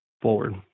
forward